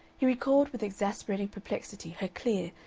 he recalled with exasperating perplexity her clear,